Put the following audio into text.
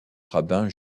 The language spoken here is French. rabbin